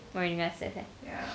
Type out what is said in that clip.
oh ya reading glasses